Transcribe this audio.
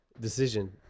decision